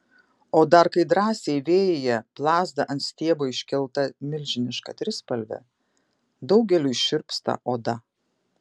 o dar kai drąsiai vėjyje plazda ant stiebo iškelta milžiniška trispalvė daugeliui šiurpsta oda